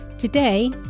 Today